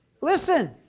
Listen